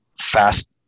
fast